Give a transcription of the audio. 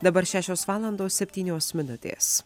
dabar šešios valandos septynios minutės